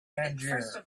tangier